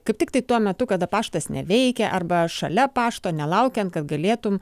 kaip tiktai tuo metu kada paštas neveikia arba šalia pašto nelaukiant kad galėtum